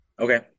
okay